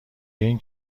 این